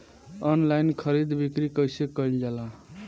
Online खरीद बिक्री कइसे कइल जाला?